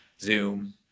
Zoom